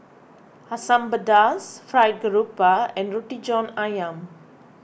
Asam Pedas Fried Grouper and Roti John Ayam